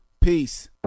Peace